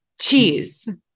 cheese